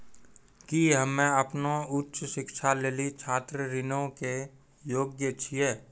कि हम्मे अपनो उच्च शिक्षा लेली छात्र ऋणो के योग्य छियै?